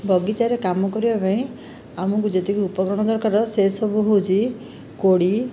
ବଗିଚାରେ କାମ କରିବା ପାଇଁ ଆମକୁ ଯେତିକି ଉପକରଣ ଦରକାର ସେସବୁ ହେଉଛି କୋଡ଼ି